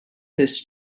this